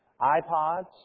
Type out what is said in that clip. iPods